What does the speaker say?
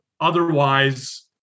otherwise